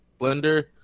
blender